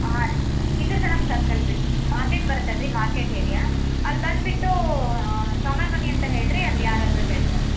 ಹಾಂ ರೀ ಕಿತ್ತೂರು ಚೆನ್ನಮ್ಮ ಸರ್ಕಲ್ ರೀ ಮಾರ್ಕೆಟ್ ಬರುತ್ತೆ ಅಲ್ರಿ ಮಾರ್ಕೆಟ್ ಏರಿಯಾ ಅಲ್ಲಿ ಬಂದ್ಬಿಟ್ಟು ಸ್ವಾಮಿಯೋರ ಮನೆ ಅಂತ ಹೇಳಿರಿ ಅಲ್ಲಿ ಯಾರಾದರೂ ಹೇಳ್ತಾರೆ ರೀ